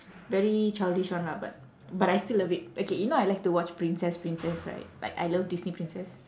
very childish one lah but but I still love it okay you know I like to watch princess princess right like I love disney princess